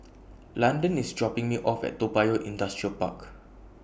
Landon IS dropping Me off At Toa Payoh Industrial Park